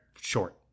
short